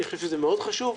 אני חושב שזה מאוד חשוב.